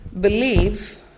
believe